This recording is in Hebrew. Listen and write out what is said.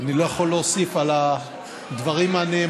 אני לא יכול להוסיף על הדברים הנאמרים,